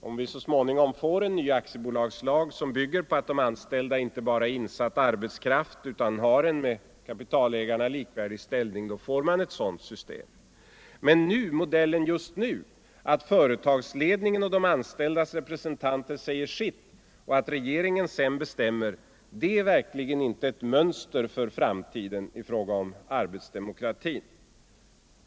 Om vi så småningom får en ny aktiebolagslag som bygger på att de anställda inte bara är insatt arbetskraft utan har en med kapitalägarna likvärdig ställning, så får vi ett sådant system. Men modellen just nu, att företagsledningen och de anställdas representanter säger sitt och att regeringen sedan bestämmer, är verkligen inte ett mönster för framtiden när det gäller arbetsdemokratin.